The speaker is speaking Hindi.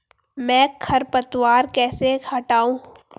मैं खरपतवार कैसे हटाऊं?